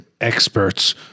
experts